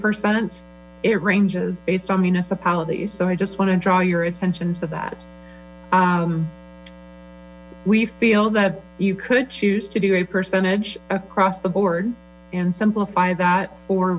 percent it ranges based on municipality so i just want to draw your attention to that we feel that you could choose to do a percentage across the board and simplify that for